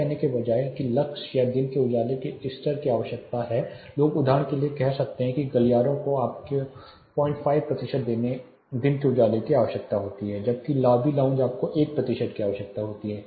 यह कहने के बजाय कि लक्स या दिन के उजाले के स्तर की आवश्यकता है लोग उदाहरण के लिए कह सकते हैं गलियारों को आपको 05 प्रतिशत दिन के उजाले की आवश्यकता होती है जबकि लॉबी लाउंज आपको 1 प्रतिशत की आवश्यकता होगी